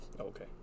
okay